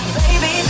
baby